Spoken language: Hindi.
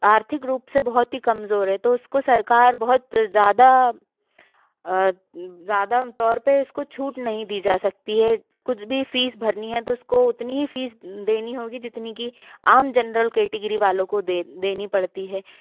आर्थिक रूप से बहोत ही कमज़ोर है तो वो उसको सरकार बहुत ज़्यादा ज़्यादा तौर पर उसको छूट नहीं दी जा सकती है कुछ भी फीस भरनी है तो उसको उतनी ही फीस देनी होगी जितनी कि आम जेनेरल केटेगिरी वालों को देनी पड़ती है